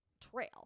trail